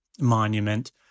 monument